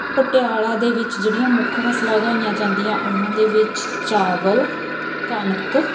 ਪਟਿਆਲਾ ਦੇ ਵਿੱਚ ਜਿਹੜੀਆਂ ਮੁੱਖ ਫਸਲਾਂ ਉਗਾਈਆਂ ਜਾਂਦੀਆਂ ਉਹਨਾਂ ਦੇ ਵਿੱਚ ਚਾਵਲ ਕਣਕ